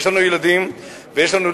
אני חושב שיש לנו ילדים ויש לנו נכדים.